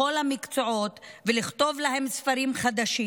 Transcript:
בכל המקצועות, ולכתוב להם ספרים חדשים,